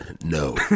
No